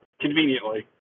conveniently